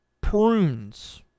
prunes